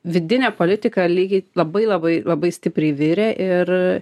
vidinė politika lygiai labai labai labai stipriai virė ir